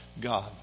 God